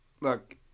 look